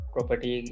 Property